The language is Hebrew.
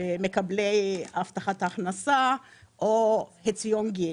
מקבלי הבטחת ההכנסה או חציון גיל.